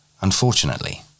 Unfortunately